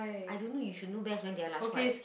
I don't know you should know best when did I last cry